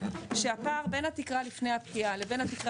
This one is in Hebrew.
שהפער בין התקרה לפני הפקיעה לבין התקרה